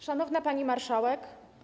Szanowna Pani Marszałek!